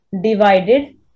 divided